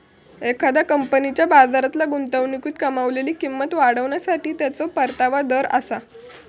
एखाद्या कंपनीच्या बाजारातल्या गुंतवणुकीतून कमावलेली किंमत वाढवण्यासाठी त्याचो परतावा दर आसा